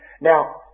Now